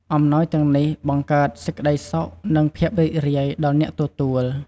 អំណោយទាំងនេះបង្កើតសេចក្ដីសុខ និងភាពរីករាយដល់អ្នកទទួល។